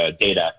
data